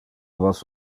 vos